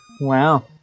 Wow